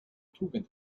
tugend